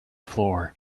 floor